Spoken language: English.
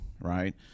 right